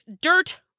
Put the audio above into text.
dirt